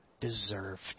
deserved